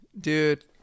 Dude